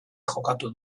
jokatu